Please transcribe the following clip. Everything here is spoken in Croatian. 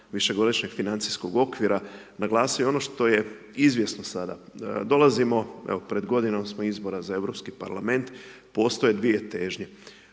višegodišnjeg financijskog okvira naglasio ono što je izvjesno sada, dolazimo pred godinom smo izbora za Europski parlament, postoje 2 težnje.